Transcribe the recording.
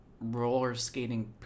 roller-skating